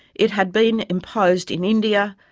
it had been imposed in india,